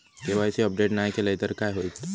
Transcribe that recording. KYC update नाय केलय तर काय होईत?